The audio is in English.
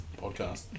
podcast